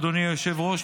אדוני היושב-ראש,